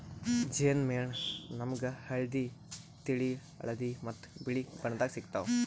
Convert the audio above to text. ಜೇನ್ ಮೇಣ ನಾಮ್ಗ್ ಹಳ್ದಿ, ತಿಳಿ ಹಳದಿ ಮತ್ತ್ ಬಿಳಿ ಬಣ್ಣದಾಗ್ ಸಿಗ್ತಾವ್